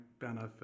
benefits